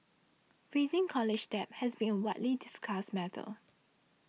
rising college debt has been a widely discussed matter